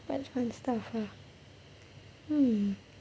what fun stuff ah hmm